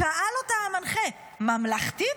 שאל אותה המנחה: ממלכתית?